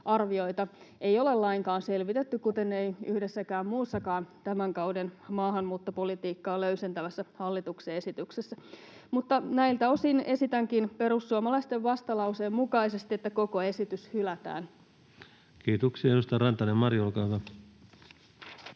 ei ole lainkaan selvitetty kuten ei yhdessäkään muussakaan tämän kauden maahanmuuttopolitiikkaa löysentävässä hallituksen esityksessä. Näiltä osin esitänkin perussuomalaisten vastalauseen mukaisesti, että koko esitys hylätään. [Speech 85] Speaker: Ensimmäinen